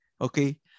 Okay